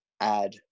add